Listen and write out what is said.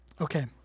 Okay